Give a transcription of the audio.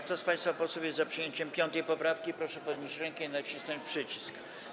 Kto z państwa posłów jest za przyjęciem 5. poprawki, proszę podnieść rękę i nacisnąć przycisk.